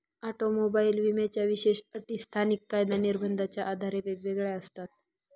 automobile विम्याच्या विशेष अटी स्थानिक कायदा निर्बंधाच्या आधारे वेगवेगळ्या असतात